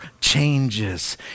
changes